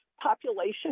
population